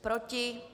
Proti?